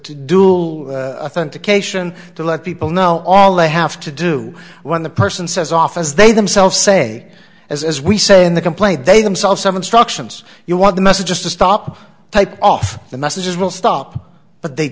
dual authentic ation to let people know all they have to do when the person says off as they themselves say as we say in the complaint they themselves some instructions you want the messages to stop type off the messages will stop but they